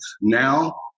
Now